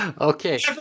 Okay